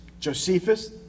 Josephus